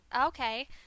okay